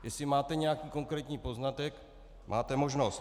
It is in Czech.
Jestli máte nějaký konkrétní poznatek, máte možnost.